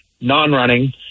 non-running